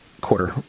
quarter